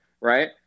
right